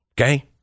Okay